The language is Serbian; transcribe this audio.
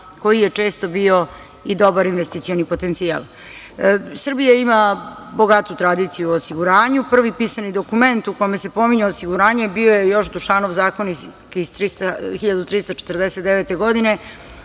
koji je često bio i dobar investicioni potencijal. Srbija ima bogatu tradiciju u osiguranju. Prvi pisani dokument u kome se pominje osiguranje bio je još Dušanov zakonik iz 1349. godine